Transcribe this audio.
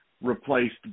replaced